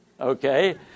okay